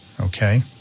Okay